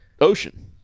ocean